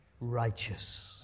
righteous